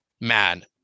man